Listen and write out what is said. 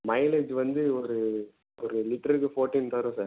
mileage வந்து ஒரு ஒரு லிட்ருக்கு ஃபோர்ட்டீன் தரும் சார்